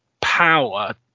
power